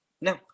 No